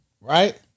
right